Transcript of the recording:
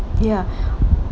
ya